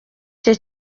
cye